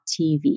TV